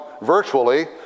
virtually